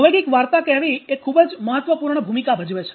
સાંવેગિક વાર્તા કહેવી એ ખૂબ જ મહત્વપૂર્ણ ભૂમિકા ભજવે છે